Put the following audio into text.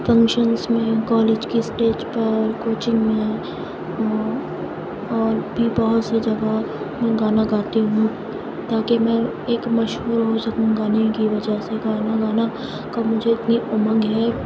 functions میں college کے stage پر اور کوچنگ میں اور بھی بہت سی جگہ میں گانا گاتی ہوں تاکہ میں ایک مشہور ہو سکوں گانے کی وجہ سے گانا گانا کا مجھے اتنی امنگ ہے